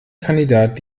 kandidat